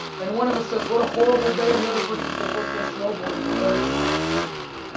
and one of us says, what a horrible day. and the other person says, let's go snowboarding. the weather do not change.